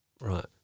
Right